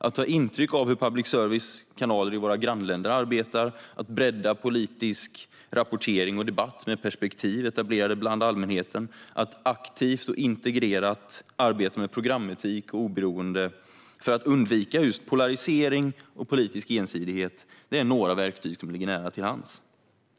Att ta intryck av hur public service-kanaler i våra grannländer arbetar, att bredda politisk rapportering och debatt med perspektiv etablerade bland allmänheten liksom att aktivt och integrerat arbeta med programetik och oberoende för att undvika polarisering och politisk ensidighet är några verktyg som ligger nära till hands.